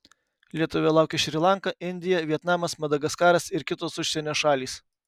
lietuvio laukia šri lanka indija vietnamas madagaskaras ir kitos užsienio šalys